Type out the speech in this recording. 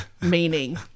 meaning